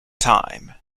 time